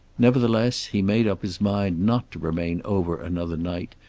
nevertheless, he made up his mind not to remain over another night,